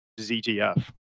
ZTF